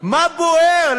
מה בוער?